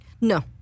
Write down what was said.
No